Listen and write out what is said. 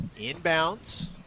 Inbounds